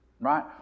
right